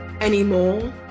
anymore